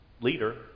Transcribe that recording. leader